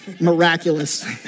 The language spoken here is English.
miraculous